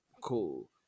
cool